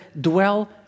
dwell